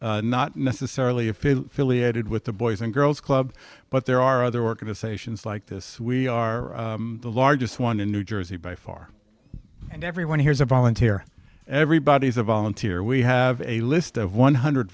this not necessarily if philly added with the boys and girls club but there are other organizations like this we are the largest one in new jersey by far and everyone here is a volunteer everybody's a volunteer we have a list of one hundred